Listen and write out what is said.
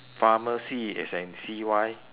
pharmacy as in C Y